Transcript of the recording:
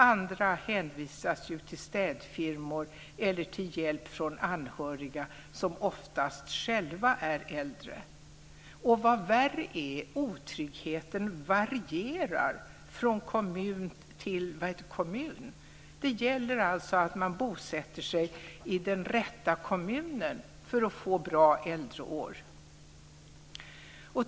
Andra hänvisas till städfirmor eller till hjälp från anhöriga som oftast själva är äldre. Vad värre är: Otryggheten varierar från kommun till kommun. Det gäller så att man bosätter sig i rätt kommun för att få bra äldreår.